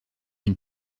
une